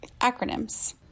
Acronyms